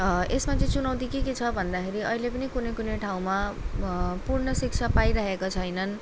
यसमा चाहिँ चुनौती के के छ भन्दाखेरि अहिले पनि कुनै कुनै ठाउँमा पूर्ण शिक्षा पाइरहेको छैनन्